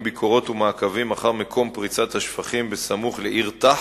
נפת טול-כרם בהזרמת מי שפכים לנחל-תאנים,